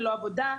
ללא עבודה,